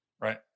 Right